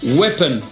weapon